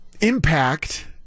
impact